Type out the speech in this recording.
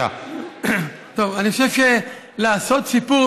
אני חושב שלעשות סיפור